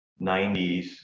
90s